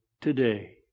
today